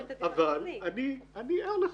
אבל אני ער לכך.